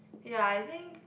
ya I think